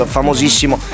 Famosissimo